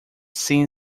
seen